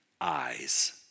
eyes